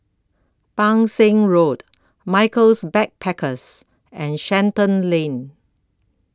Pang Seng Road Michaels Backpackers and Shenton Lane